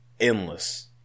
endless